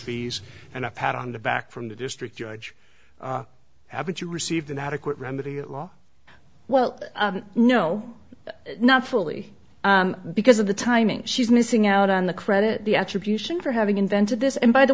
these and a pat on the back from the district judge haven't you received inadequate remedy at law well no not fully because of the timing she's missing out on the credit the attribution for having invented this and by the